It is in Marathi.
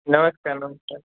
नमस्कार नमस्कार